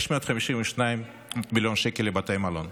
652 מיליון שקל לבתי מלון.